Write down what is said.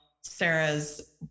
Sarah's